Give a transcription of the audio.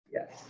Yes